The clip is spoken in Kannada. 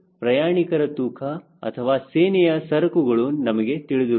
ಪ್ರಯಾಣಿಕರ ತೂಕ ಅಥವಾ ಸೇನೆಯ ಸರಕುಗಳು ನಮಗೆ ತಿಳಿದಿರುತ್ತದೆ